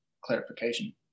clarification